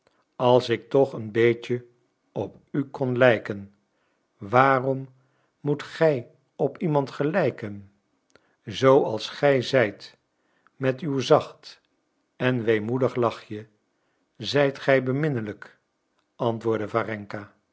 als ik toch een beetje op u kon gelijken waarom moet gij op iemand gelijken z als gij zijt met uw zacht en weemoedig lachje zijt gij beminnelijk antwoordde